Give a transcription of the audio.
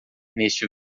neste